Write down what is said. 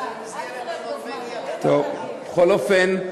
בכל אופן,